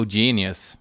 genius